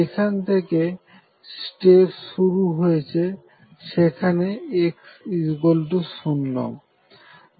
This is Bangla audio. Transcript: যেখান থেকে স্টেপ শুরু হয়েছে সেখানে x0